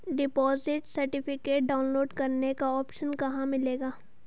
Deposit certificate download करने का option कहां मिलेगा?